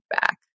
back